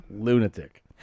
Lunatic